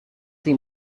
tem